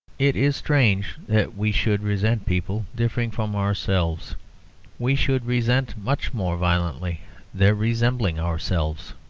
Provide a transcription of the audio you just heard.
it is strange that we should resent people differing from ourselves we should resent much more violently their resembling ourselves.